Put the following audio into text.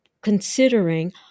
considering